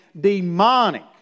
demonic